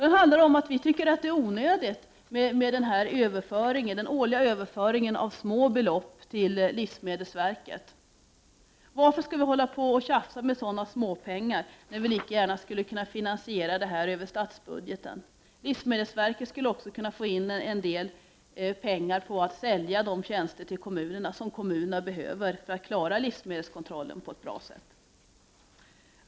Reservanterna anser att det är onödigt med den årliga överföringen av små belopp till livsmedelsverket. Varför skall det tjafsas med sådana småpengar när detta lika väl kan finansieras över statsbudgeten. Livsmedelsverket skulle också kunna få in en del pengar på att sälja de tjänster till kommunerna som kommunerna behöver för att klara livsmedelskontrollen på ett bra sätt.